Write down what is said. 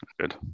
good